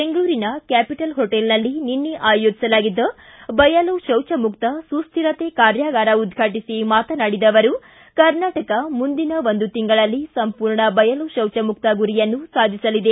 ಬೆಂಗಳೂರಿನ ಕ್ಯಾಪಿಟಲ್ ಹೋಟೆಲ್ನಲ್ಲಿ ನಿನ್ನೆ ಆಯೋಜಿಸಲಾಗಿದ್ದ ಬಯಲು ಶೌಚ ಮುಕ್ತ ಸುಶ್ವಿರತೆ ಕಾರ್ಯಾಗಾರ ಉದ್ಘಾಟಿಸಿ ಮಾತನಾಡಿದ ಅವರು ಕರ್ನಾಟಕ ಮುಂದಿನ ಒಂದು ತಿಂಗಳಲ್ಲಿ ಸಂಪೂರ್ಣ ಬಯಲು ತೌಚ ಮುಕ್ತ ಗುರಿಯನ್ನು ಸಾಧಿಸಲಿದೆ